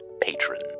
patron